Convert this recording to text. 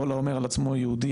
כל האומר על עצמו יהודי,